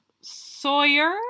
Sawyer